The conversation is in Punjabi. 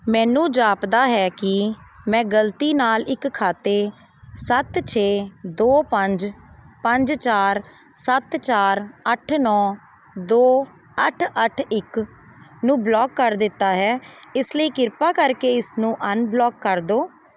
ਮੈਨੂੰ ਜਾਪਦਾ ਹੈ ਕਿ ਮੈਂ ਗਲਤੀ ਨਾਲ ਇੱਕ ਖਾਤੇ ਸੱਤ ਛੇ ਦੋ ਪੰਜ ਪੰਜ ਚਾਰ ਸੱਤ ਚਾਰ ਅੱਠ ਨੌਂ ਦੋ ਅੱਠ ਅੱਠ ਇੱਕ ਨੂੰ ਬਲੌਕ ਕਰ ਦਿੱਤਾ ਹੈ ਇਸ ਲਈ ਕਿਰਪਾ ਕਰਕੇ ਇਸਨੂੰ ਅਨਬਲੌਕ ਕਰ ਦਿਉ